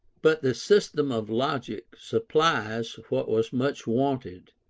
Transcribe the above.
but the system of logic supplies what was much wanted,